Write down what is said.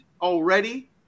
already